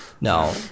No